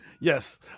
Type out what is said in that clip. yes